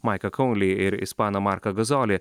maiką konlį ir ispaną marką gazolį